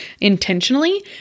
intentionally